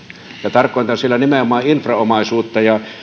tarkoitan sillä nimenomaan infraomaisuutta